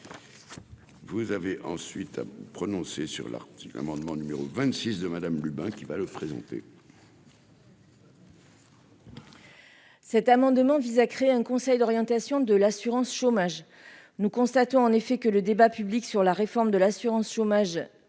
Vous avez ensuite prononcer sur l'article l'amendement numéro 26 de Madame Rubin, qui va le présenter. Cet amendement vise à créer un conseil d'orientation de l'assurance chômage, nous constatons en effet que le débat public sur la réforme de l'assurance chômage,